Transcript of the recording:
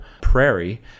prairie